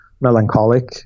melancholic